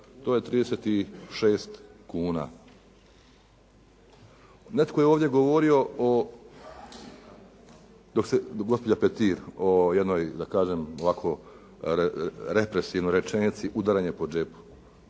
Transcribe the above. to je 36 kuna. Netko je ovdje govorio o, gospođa Petir, o jednoj da kažem ovako represivnog rečenici, udaranje po džepu.